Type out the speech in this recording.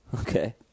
Okay